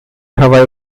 hawaii